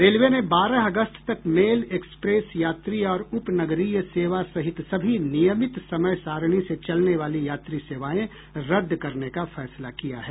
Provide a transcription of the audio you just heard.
railway ने बारह अगस्त तक मेल एक्सप्रेस यात्री और उपनगरीय सेवा सहित सभी नियमित समय सारणी से चलने वाली यात्री सेवाएं रद्द करने का फैसला किया है